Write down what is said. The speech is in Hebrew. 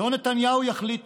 לא נתניהו יחליט